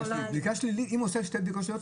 אם הוא עושה שתי בדיקות שיוצאות שליליות,